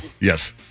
Yes